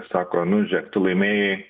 sako nu žiūrėk tu laimėjai